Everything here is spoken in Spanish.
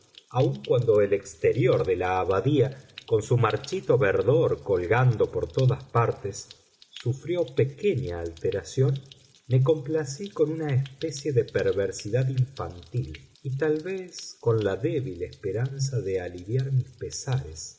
aun cuando el exterior de la abadía con su marchito verdor colgando por todas partes sufrió pequeña alteración me complací con una especie de perversidad infantil y tal vez con la débil esperanza de aliviar mis pesares